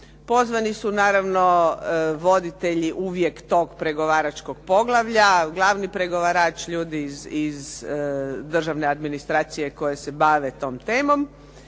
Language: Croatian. pozvani su voditelji uvijek tog pregovaračkog poglavlja. Glavni pregovarač ljudi iz državne administracije koje se bave tom temom